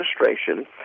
administration